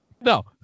No